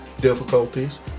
difficulties